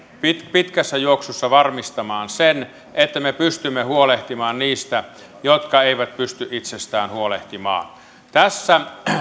pitkässä juoksussa varmistamassa sen että me pystymme huolehtimaan niistä jotka eivät pysty itsestään huolehtimaan tässä